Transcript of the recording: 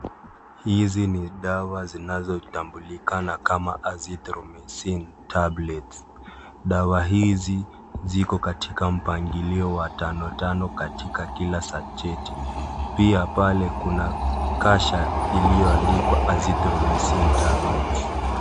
Hizi ni dawa zinazojulikana kama Azithromycin Tablets. Dawa hizi ziko katika mpangilio wa tano tano katika kila sacheti. Pia pale kuna kasha iliyoandikwa Azithromycin Tablets.